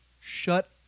shut